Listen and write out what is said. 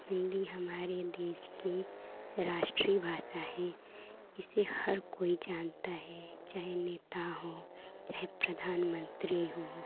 हिन्दी हमारे देश की राष्ट्रीय भाषा है इसे हर कोई जानता है चाहे नेता हों चाहे प्रधानमन्त्री हों